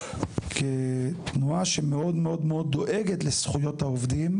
כתנועה שמאוד מאוד דואגת לזכויות העובדים,